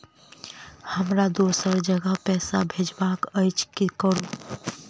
हमरा दोसर जगह पैसा भेजबाक अछि की करू?